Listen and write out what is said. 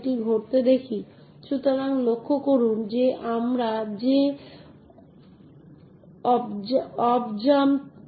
তাই এই কমান্ডটি চালানোর জন্য আমরা প্রথমে পরীক্ষা করি যদি মালিক প্রকৃতপক্ষে ফাইলের মালিক হন তবে এটি মালিক এবং ফাইলের সাথে সম্পর্কিত অ্যাক্সেস ম্যাট্রিক্সে অনুসন্ধান করে